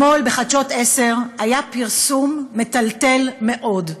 אתמול בחדשות 10 היה פרסום מטלטל מאוד.